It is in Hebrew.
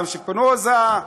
גם שפינוזה,